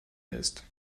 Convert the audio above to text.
lässt